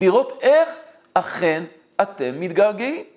לראות איך, אכן, אתם מתגעגעים.